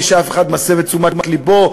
בלי שאף אחד מסב את תשומת לבו,